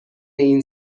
این